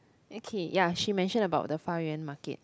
okay ya she mention about the Fa Yuan market